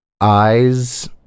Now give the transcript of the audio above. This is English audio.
eyes